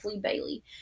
Bailey